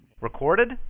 Recorded